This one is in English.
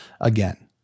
again